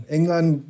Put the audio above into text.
England